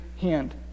hand